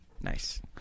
Nice